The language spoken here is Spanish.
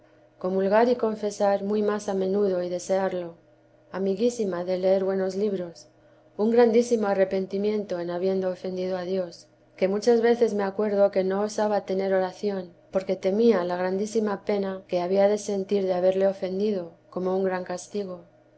comulgar y confesar muy más a menudo y desearlo amiguísima de leer buenos libros un grandísimo arrepentimiento en habiendo ofendido a dios que muchas veces me acuerdo que no osaba tener oración porque temía la grandísima pena que había de sentir de haberle ofendido como un gran castigo